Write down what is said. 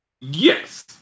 Yes